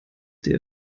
der